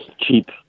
cheap